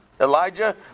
Elijah